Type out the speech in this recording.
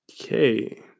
Okay